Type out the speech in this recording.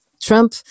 Trump